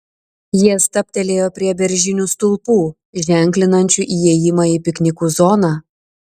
jie stabtelėjo prie beržinių stulpų ženklinančių įėjimą į piknikų zoną